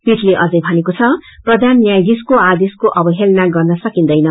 पीठले अझै मनेको छ प्रधान न्यायधीशको आदेशको अवहेला गर्न सकिन्दैन